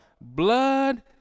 blood